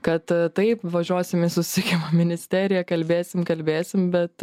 kad taip važiuosim į susisiekimo ministeriją kalbėsim kalbėsim bet